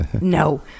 no